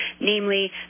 namely